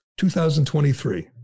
2023